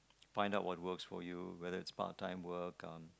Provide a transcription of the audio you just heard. find out what works for you whether it's part time work um